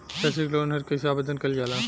सैक्षणिक लोन हेतु कइसे आवेदन कइल जाला?